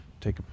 take